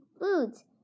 foods